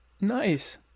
nice